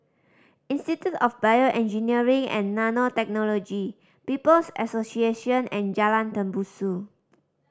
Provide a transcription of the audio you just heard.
Institute of BioEngineering and Nanotechnology People's Association and Jalan Tembusu